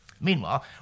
Meanwhile